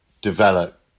develop